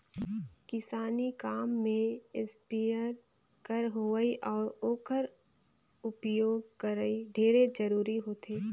किसानी काम में इस्पेयर कर होवई अउ ओकर उपियोग करई ढेरे जरूरी होथे